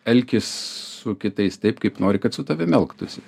elkis su kitais taip kaip nori kad su tavim elgtųsi